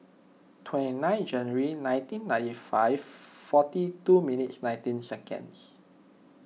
twenty nine January nineteen ninety five forty two minutes nineteen seconds